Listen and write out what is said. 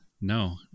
no